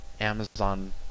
Amazon